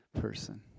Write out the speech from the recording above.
person